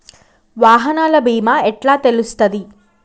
వాహనాల బీమా ఎట్ల తెలుస్తది?